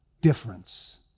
difference